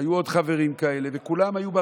היו עוד חברים כאלה וכולם היו,